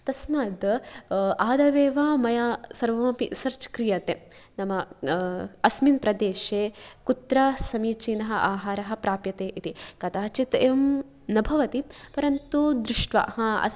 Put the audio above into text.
तस्मात् आदावेव मया सर्वमपि सर्च् क्रियते नाम अस्मिन् प्रदेशे कुत्र समीचीनः आहारः प्राप्यते इति कदाचित् एवं न भवति परन्तु दृष्ट्वा